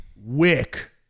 Wick